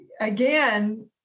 again